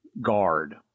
guard